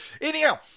Anyhow